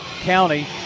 County